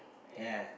ya